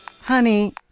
honey